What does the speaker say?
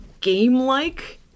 game-like